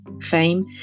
fame